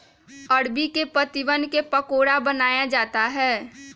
अरबी के पत्तिवन क पकोड़ा बनाया जाता है